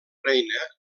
reina